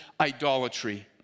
idolatry